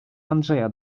andrzeja